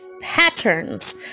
patterns